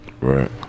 Right